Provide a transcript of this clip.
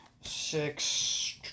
six